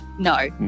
No